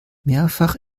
mehrfach